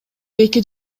эки